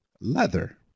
leather